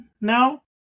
now